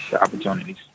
Opportunities